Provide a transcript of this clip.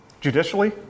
Judicially